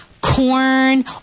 corn